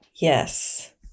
Yes